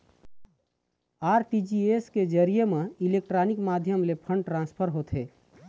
RTGS के जरिए म इलेक्ट्रानिक माध्यम ले फंड ट्रांसफर होथे